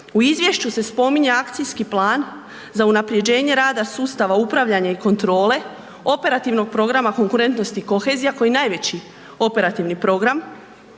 U izvješću se spominje akcijski plan za unapređenje rada sustava upravljanja i kontrole operativnog programa konkurentnosti i kohezija koji je najveći operativni program